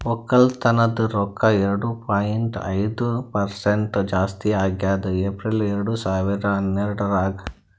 ಒಕ್ಕಲತನದ್ ರೊಕ್ಕ ಎರಡು ಪಾಯಿಂಟ್ ಐದು ಪರಸೆಂಟ್ ಜಾಸ್ತಿ ಆಗ್ಯದ್ ಏಪ್ರಿಲ್ ಎರಡು ಸಾವಿರ ಹನ್ನೆರಡರಾಗ್